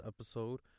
episode